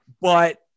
But-